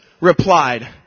replied